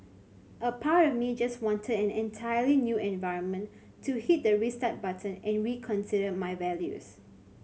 a part of me just wanted an entirely new environment to hit the restart button and reconsider my values